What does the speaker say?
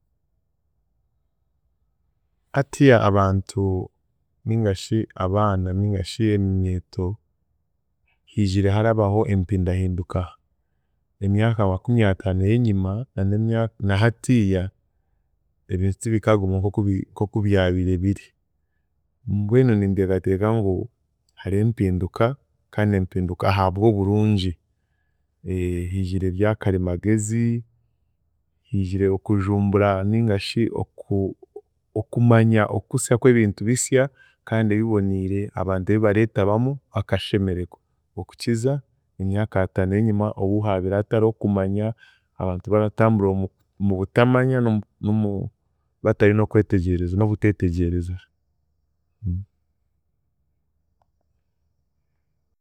Hatiiya abantu ningashi abaana ningashi eminyeeto, hiijire harabaho empindahinduka, emyaka makumyataano eyenyima na n'emya na hatiiya ebintu tibikaaguma nk'oku biri nk'oku byabiire biri, mbwenu ninteekateeka ngu hariho empiduka kandi empinduka ahabw'oburungi, hiijire arya karimagezi, hiijire okujumbura ningashi oku- okumanya okusa kwe bintu bisya kandi ebiboniire abantu ebi bareetabamu bakashemeregwa okukiza emyaka ataano ey'enyima obu haabiire hatariho okumanya, abantu baratamburira omu- mubutamanya n'omu- n'omu- batari n'okwetegyereza n'obuteeteegyereza.